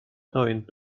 knowing